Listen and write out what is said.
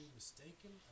mistaken